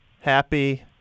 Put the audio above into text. happy